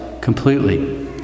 completely